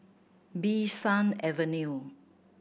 Bee San Avenue